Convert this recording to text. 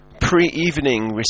pre-evening